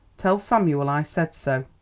tell samuel i said so.